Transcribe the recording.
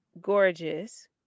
gorgeous